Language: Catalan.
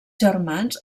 germans